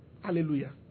Hallelujah